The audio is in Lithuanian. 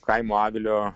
kaimo avilio